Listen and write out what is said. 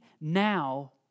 now